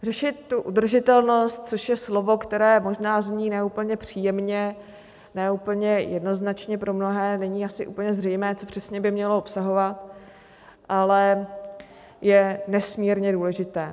Řešit tu udržitelnost, což je slovo, které možná zní ne úplně příjemně, ne úplně jednoznačně, pro mnohé není asi úplně zřejmé, co přesně by mělo obsahovat, ale je nesmírně důležité.